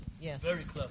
Yes